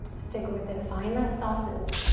stick with it. find that softness.